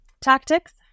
tactics